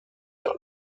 vers